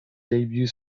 debut